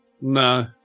No